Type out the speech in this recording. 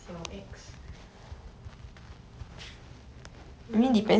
I don't even know oh 小 ex